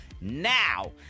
Now